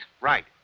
right